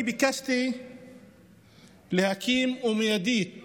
אני ביקשתי להקים מיידית